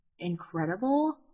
incredible